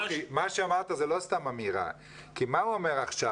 מה שאמרת זה לא סתם אמירה, כי מה הוא אומר עכשיו?